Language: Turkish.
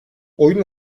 oyun